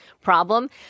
problem